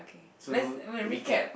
so recap